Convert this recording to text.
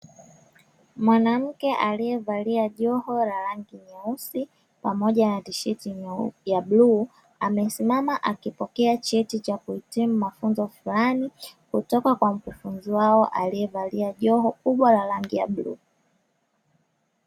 Mwanamke aliyevalia joho la rangi nyeusi pamoja na tisheti ya bluu, amesimama akipokea cheti cha kuhitimu mafunzo fulani kutoka kwa mkufunzi wao aliyevalia joho kubwa la rangi ya bluu.